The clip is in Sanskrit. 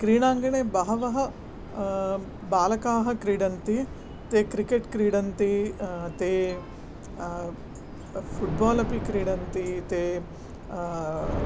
क्रीडाङ्गणे बहवः बालकाः क्रीडन्ति ते क्रिकेट् क्रीडन्ति ते फुट् बाल् अपि क्रीडन्ति ते